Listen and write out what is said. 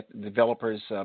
developers –